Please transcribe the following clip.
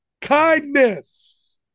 kindness